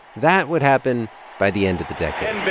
that would happen by the end of the decade